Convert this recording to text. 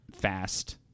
fast